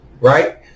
Right